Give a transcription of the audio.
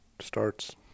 starts